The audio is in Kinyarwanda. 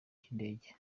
cy’indege